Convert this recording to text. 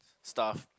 stuff